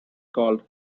called